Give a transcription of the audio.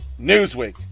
Newsweek